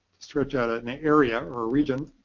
stretch out and an area or a region,